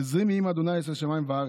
עזרי מעם ה' עושה שמים וארץ.